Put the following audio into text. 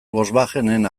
volkswagenen